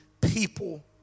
people